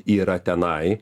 yra tenai